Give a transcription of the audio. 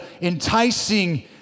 enticing